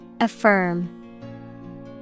Affirm